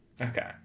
Okay